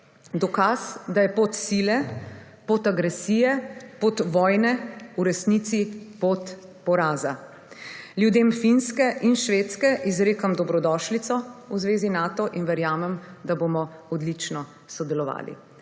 Dokaz, da je pot sile, pot agresije, pot vojne v resnici pot poraza. Ljudem Finske in Švedske izrekam dobrodošlico v Zvezi Nato in verjamem, da bomo odlično sodelovali.